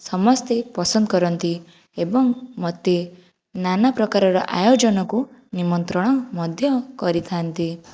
ସମସ୍ତେ ପସନ୍ଦ କରନ୍ତି ଏବଂ ମୋତେ ନାନାପ୍ରକାରର ଅୟୋଜନକୁ ନିମନ୍ତ୍ରଣ ମଧ୍ୟ କରିଥାନ୍ତି